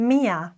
Mia